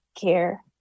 care